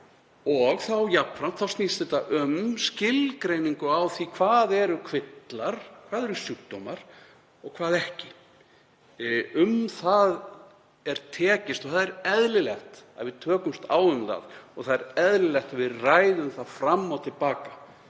og jafnframt snýst þetta um skilgreiningu á því hvað eru kvillar, hvað eru sjúkdómar og hvað ekki. Um það er tekist á og það er eðlilegt að við tökumst á um það og það er eðlilegt að við ræðum það fram og til baka